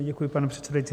Děkuji, pane předsedající.